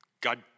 God